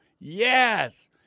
Yes